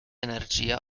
energia